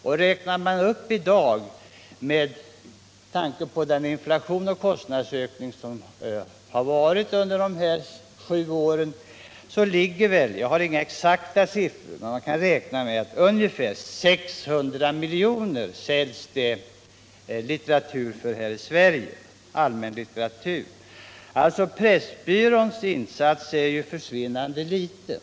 Räknar man upp detta belopp till dagens penningvärde med hänsyn till den inflation och kostnadsutveckling som skett under de senaste sju åren kommer man fram till att det här i Sverige i dag säljs allmänlitteratur för ungefär 600 miljoner. Pressbyråns insats här är alltså försvinnande liten.